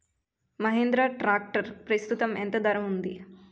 Mahindra tractor ప్రస్తుతం ఎంత ధర ఉంది?